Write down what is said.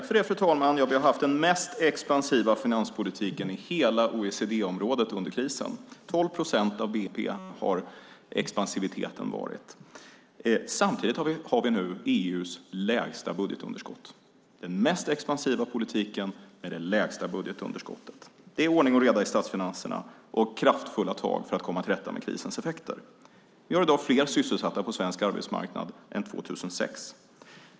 Fru talman! Vi har haft den mest expansiva finanspolitiken i hela OECD-området under krisen. Expansiviteten har varit 12 procent av bnp. Samtidigt har vi nu EU:s lägsta budgetunderskott. Vi har den mest expansiva politiken med det lägsta budgetunderskottet. Det är ordning och reda i statsfinanserna och kraftfulla tag för att komma till rätta med krisens effekter. Vi har i dag fler sysselsatta på svensk arbetsmarknad än 2006.